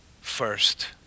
first